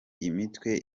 imitwe